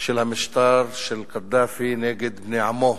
של המשטר של קדאפי נגד בני עמו.